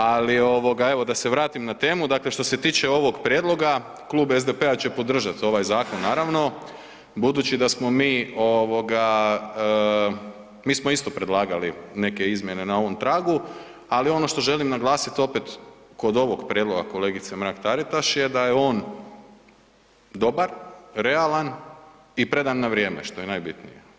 Ali ovoga, da se vratim na temu, dakle što se tiče ovog prijedloga, Klub SDP-a će podržati ovaj zakon naravno, budući da smo mi, mi smo isto predlagali neke izmjene na ovom tragu, ali ono što želim naglasiti opet kod ovog prijedloga kolegice Mrak-Taritaš je da je on dobar, realan i predan na vrijeme, što je najbitnije.